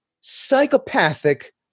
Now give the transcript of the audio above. psychopathic